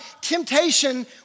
temptation